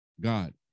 God